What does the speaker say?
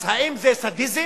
אז האם זה סדיזם?